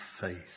faith